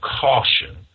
caution